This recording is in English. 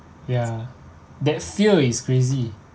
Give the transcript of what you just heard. ya that fear is crazy